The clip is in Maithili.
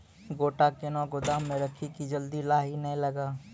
गोटा कैनो गोदाम मे रखी की जल्दी लाही नए लगा?